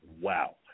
wow